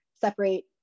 separate